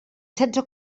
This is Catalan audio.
setze